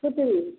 scooty